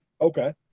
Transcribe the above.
Okay